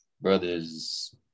brothers